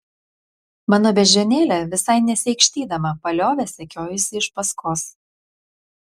mano beždžionėlė visai nesiaikštydama paliovė sekiojusi iš paskos